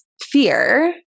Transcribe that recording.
fear